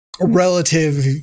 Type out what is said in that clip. relative